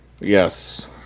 Yes